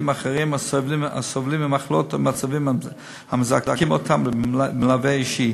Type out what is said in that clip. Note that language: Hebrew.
אחרים הסובלים ממחלות וממצבים המזכים אותם במלווה אישי.